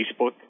Facebook